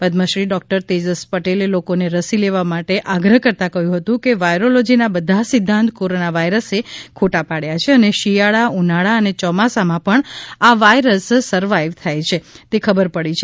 Padmashri doctor Tejas પટેલે લોકો ને રસી લેવા માટે આગ્રહ કરતાં કહ્યું હતું કે વાયરોલોજીના બધા સિધ્ધાંત કોરોના વાઇરસે ખોટા પડ્યા છે અને શેયાળા ઉનાળા અને યોમાસામાં પણ આ વાઇરસ સરવાઈવ થાય છે તે ખબર પડી છે